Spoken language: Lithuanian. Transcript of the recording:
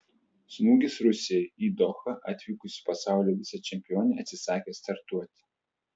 smūgis rusijai į dohą atvykusi pasaulio vicečempionė atsisakė startuoti